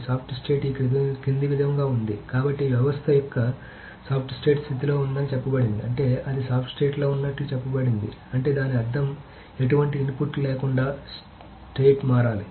soft state ఈ క్రింది విధంగా ఉంది కాబట్టి వ్యవస్థ యొక్క స్టేట్ సాఫ్ట్ స్థితిలో ఉందని చెప్పబడింది అంటే అది సాఫ్ట్ స్టేట్ లో ఉన్నట్లు చెప్పబడింది అంటే దాని అర్థం ఎటువంటి ఇన్పుట్ లేకుండా స్టేట్ మారాలి